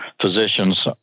physicians